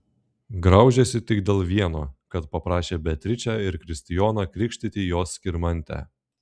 graužėsi tik dėl vieno kad paprašė beatričę ir kristijoną krikštyti jos skirmantę